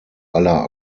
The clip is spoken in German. aller